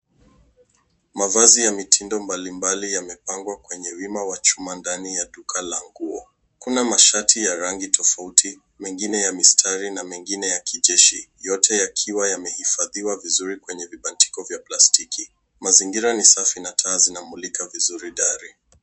Mavazi ya mitindo mbalimbali yamepangwa kwenye wima wa chuma ndani ya duka la nguo. Kuna mashati ya rangi tofauti, mengine ya mistari na mengine ya kijeshi. Yote yakiwa yamehifadhiwa vizuri kwenye vibatiko vya plastiki. Mazingira ni safi na taa zinamulika vizuri dari.